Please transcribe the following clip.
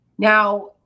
Now